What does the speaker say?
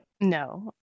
No